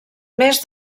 més